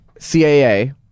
CAA